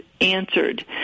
Answered